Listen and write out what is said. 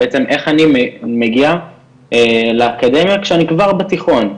בעצם איך אני מגיע לאקדמיה שאני כבר בתיכון,